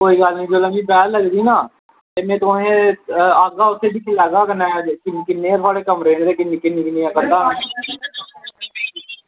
जेल्लै मिगी बेहल लगदी ना ते में तुसेंगी आह्गा ते कन्नै दिक्खी लैगा ते किन्ने थुआढ़े कमरे न ते किन्नी थुआढ़ी कन्धां न